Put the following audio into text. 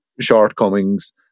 shortcomings